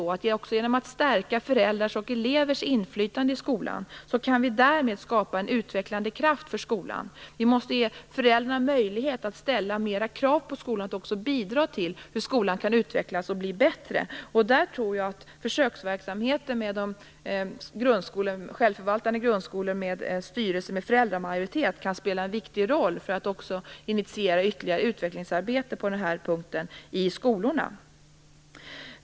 Också genom att stärka föräldrars och elevers inflytande i skolan kan vi skapa en utvecklande kraft för skolan. Vi måste ge föräldrarna möjlighet att ställa högre krav på skolan, men också att bidra till hur skolan kan utvecklas och bli bättre. Där tror jag att försöksverksamheten med självförvaltande grundskolor med en styrelse med föräldramajoritet kan spela en viktig roll för att också initiera ytterligare utvecklingsarbete på denna punkt i skolorna.